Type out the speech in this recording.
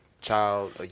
child